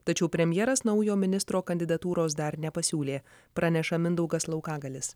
tačiau premjeras naujo ministro kandidatūros dar nepasiūlė praneša mindaugas laukagalis